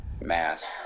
mask